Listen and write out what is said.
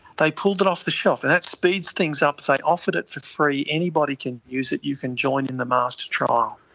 they pulled it off the shelf and that speeds things up. they offered it for free, anybody can use it, you can join in the master trial.